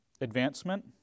advancement